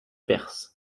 perse